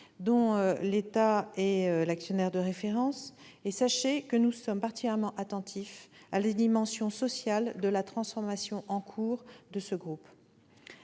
dont l'État est l'actionnaire de référence. Sachez que nous sommes particulièrement attentifs à la dimension sociale de la transformation en cours de ce groupe.